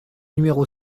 numéro